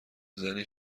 زنی